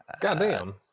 Goddamn